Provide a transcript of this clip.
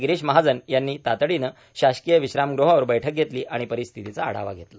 गिरीश महाजन यांनी तातडीने शासकीय विश्रामग्रहावर बैठक घेतली आणि परिस्थितीचा आढावा घेतला